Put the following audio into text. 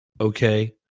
Okay